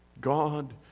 God